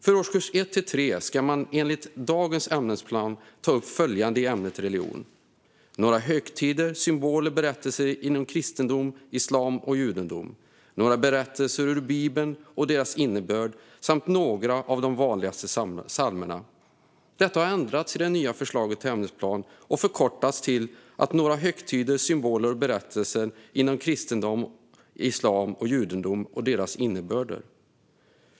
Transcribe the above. För årskurs 1-3 ska man enligt dagens ämnesplan ta upp följande i ämnet religionskunskap: några högtider, symboler och berättelser inom kristendom, islam och judendom, några berättelser ur Bibeln och deras innebörd samt några av de vanligaste psalmerna. Detta har ändrats i det nya förslaget till ämnesplan och förkortats till: några högtider, symboler och berättelser inom kristendom, islam och judendom och deras innebörder.